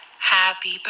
Happy